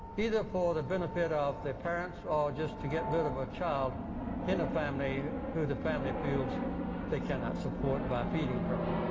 either for the benefit of their parents or just to get rid of a child in a family who the family feels they cannot support by feeding her.